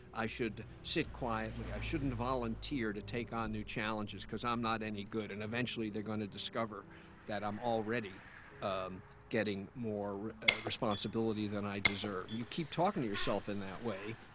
i should sit quietly. i shouldn't volunteer to take on new challenges because i'm not any good. and eventually, they're going to discover that i'm already um getting more responsibility than i deserve. you keep talking to yourself in that way,